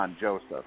Joseph